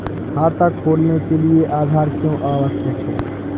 खाता खोलने के लिए आधार क्यो आवश्यक है?